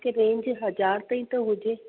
मूंखे रेंज हज़ार ताईं त हुजे